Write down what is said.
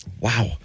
wow